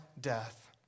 death